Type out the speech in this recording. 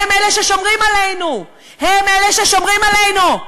הם אלה ששומרים עלינו, הם אלה ששומרים עלינו.